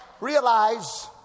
Realize